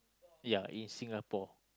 ya in Singapore